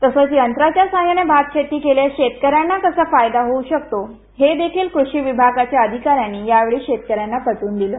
तसचं यंत्राच्या सहाय्यानं भात शेती केल्यास शेतकऱ्यांना कसा फायदा होऊ शकतो हे देखील कृषी विभागाच्या अधिकाऱ्यांनी यावेळी शेतकऱ्यांना पटवून दिलं